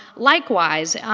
likewise,